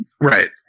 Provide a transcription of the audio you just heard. right